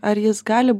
ar jis gali